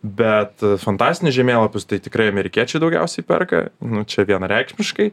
bet fantastinį žemėlapius tai tikrai amerikiečiai daugiausiai perka nu čia vienareikšmiškai